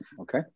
Okay